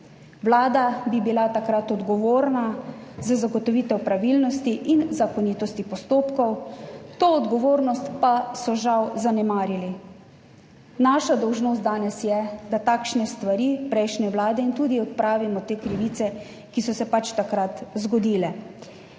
Vlada bi bila takrat odgovorna za zagotovitev pravilnosti in zakonitosti postopkov, to odgovornost pa so žal zanemarili. Naša dolžnost danes je, da takšne stvari in krivice prejšnje vlade, ki so se takrat zgodile,